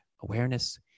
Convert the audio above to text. awareness